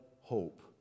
hope